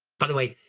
by the way,